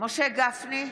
משה גפני,